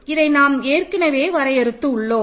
இதை நாம் ஏற்கனவே வரையறுத்து உள்ளோம்